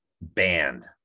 Banned